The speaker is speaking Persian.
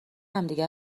همدیگه